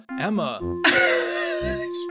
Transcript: Emma